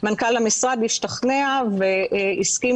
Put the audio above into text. מנכ"ל המשרד השתכנע והסכים